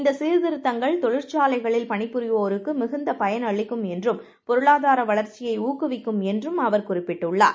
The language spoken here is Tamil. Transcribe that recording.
இந்தசீர்திருத்தங்கள்தொழிற்சாலைகளில்பணிபுரிவோ ருக்குமிகுந்தபயன்அளிக்கும்என்றும்பொருளாதாரவளர் ச்சியைஊக்குவிக்கும்என்றும்அவர்குறிப்பிட்டுள்ளார்